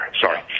sorry